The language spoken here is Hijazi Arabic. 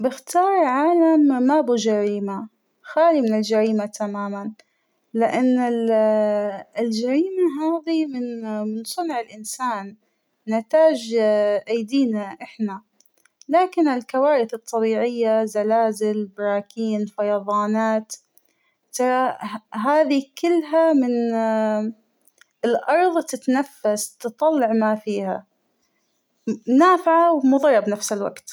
بختار عالم مابو جريمة ،خالى من الجريمة تماماً ، لأن الجريمة هذى من من صنع الإنسان نتاج -ااا أيدينا أحنا ،لكن الكوارث الطبيعية: زلازل براكين فيضانات -ت هذى كلها من اااا الأرض تتنفس تطلع ما فيها ، نافعة ومضرة بنفس الوقت.